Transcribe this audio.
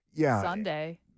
Sunday